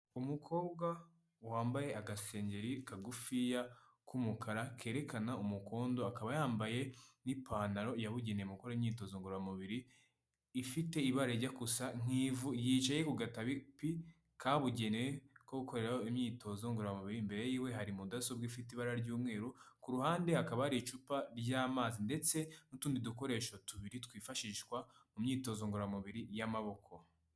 Umukobwa wambaye agashengeri kagufiya k'umukara kerekana umukondo akaba yambaye n'ipantaro yabugenewe mu gukora imyitozo ngororamubiri ifite ibara rijya gusa nk'ivu, yicaye ku gatapi kabugenewe ko gukoreraraho imyitozo ngororamubiri imbere y'iwe hari mudasobwa ifite ibara ry'umweru ku ruhande hakaba hari icupa ry'amazi ndetse n'utundi dukoresho tubiri twifashishwa mu myitozo ngororamubiri y'amaboko